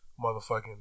motherfucking